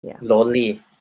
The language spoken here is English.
lonely